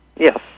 Yes